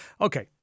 okay